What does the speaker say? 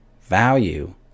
value